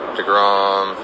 DeGrom